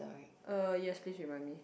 uh yes please remind me